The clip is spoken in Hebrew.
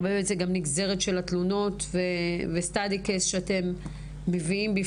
הרבה זה גם נגזרת של התלונות ו-study case שאתם מביאים.